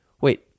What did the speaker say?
Wait